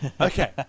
okay